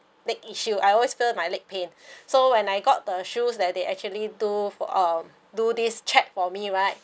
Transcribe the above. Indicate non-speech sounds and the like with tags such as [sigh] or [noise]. leg issue I always feel my leg pain [breath] so when I got the shoes that they actually do for um do this check for me right